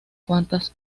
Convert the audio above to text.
cuantas